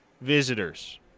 visitors